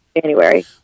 January